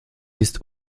ist